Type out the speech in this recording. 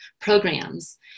programs